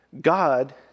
God